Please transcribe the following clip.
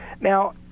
Now